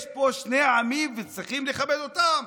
יש פה שני עמים וצריכים לכבד אותם.